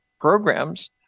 programs